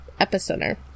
epicenter